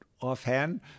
offhand